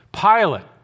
Pilate